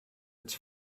its